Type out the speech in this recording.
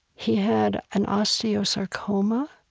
he had an osteosarcoma,